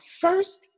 first